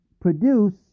produce